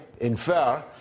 infer